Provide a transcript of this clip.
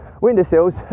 windowsills